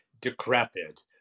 decrepit